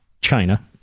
China